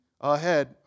ahead